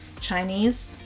Chinese